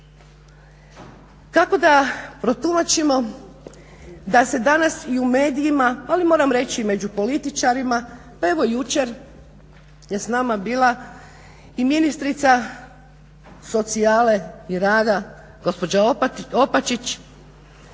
Kako da protumačimo da se danas i u medijima, ali moram reći i među političarima, pa evo i jučer je s nama bila ministrica socijale i rada gospođa Opačić.